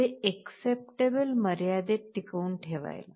ते अक्सेप्टबल मर्यादेत टिकवून ठेवायला